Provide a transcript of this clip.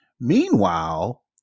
Meanwhile